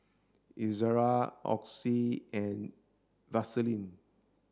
Ezerra Oxy and Vaselin